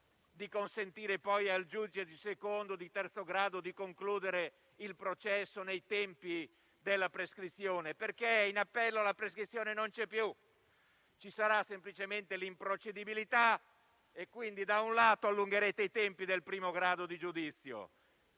di consentire al giudice di secondo o di terzo grado di concludere il processo nei tempi della prescrizione, perché in appello la prescrizione non c'è più: ci sarà semplicemente l'improcedibilità. Quindi, da un lato, allungherete i tempi del primo grado di giudizio